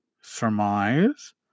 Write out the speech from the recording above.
surmise